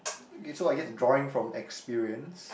okay so I guess drawing from experience